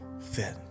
fit